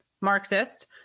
Marxist